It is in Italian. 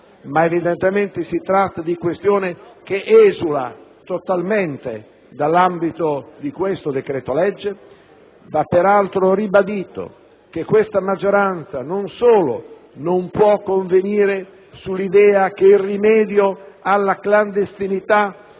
ma evidentemente si tratta di questione che esula totalmente dall'ambito di questo decreto-legge - va peraltro ribadito che questa maggioranza non solo non può convenire sull'idea che il rimedio alla clandestinità